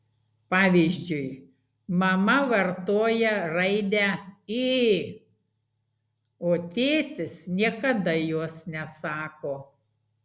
pavyzdžiui mama vartoja raidę ė o tėtis niekada jos nesako